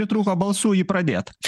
pritrūko balsų jį pradėt